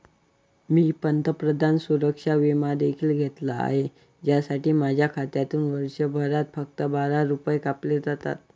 मी पंतप्रधान सुरक्षा विमा देखील घेतला आहे, ज्यासाठी माझ्या खात्यातून वर्षभरात फक्त बारा रुपये कापले जातात